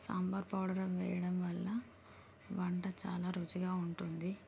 sambar powder వేయడం వల్ల వంట చాలా రుచిగా ఉంటుంది